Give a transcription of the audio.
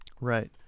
Right